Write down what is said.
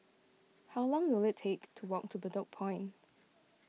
how long will it take to walk to Bedok Point